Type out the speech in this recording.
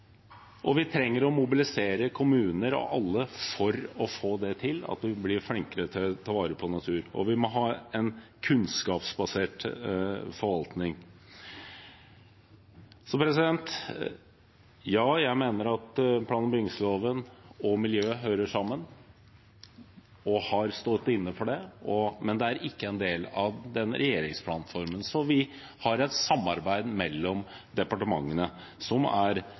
Vi trenger å mobilisere kommuner – og alle – for å få det til: at vi blir flinkere til å ta vare på naturen. Vi må også ha en kunnskapsbasert forvaltning. Ja, jeg mener at plan- og bygningsloven og miljø hører sammen og har stått inne for det, men det er ikke en del av denne regjeringsplattformen, så vi har et samarbeid mellom departementene, som er